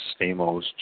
Stamos